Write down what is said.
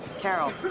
Carol